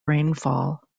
rainfall